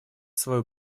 свою